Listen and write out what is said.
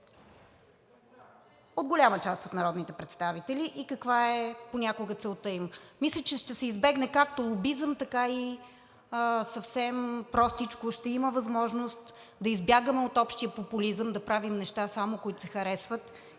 от голяма част от народните представители, и каква е понякога целта им. Мисля, че ще се избегне както лобизъм, така и съвсем простичко ще има възможност да избягаме от общия популизъм – да правим само неща, които се харесват